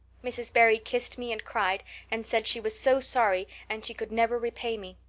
mrs. barry kissed me and cried and said she was so sorry and she could never repay me.